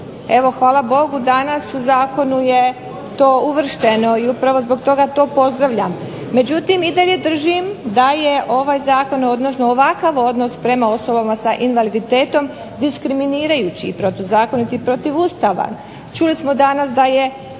hvala Bogu danas u zakonu je to uvršteno, i upravo zbog toga to pozdravljam. Međutim i dalje držim da je ovaj zakon, odnosno ovakav odnos prema osobama sa invaliditetom diskriminirajući, i protuzakoniti i protivustavan. Čuli smo danas da je